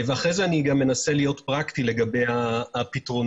ואחרי זה אני גם אנסה להיות פרקטי בעניין הפתרונות.